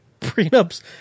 prenups